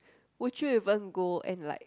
would you even go and like